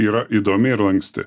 yra įdomi ir lanksti